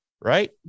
Right